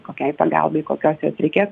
kokiai pagalbai kokios jos reikės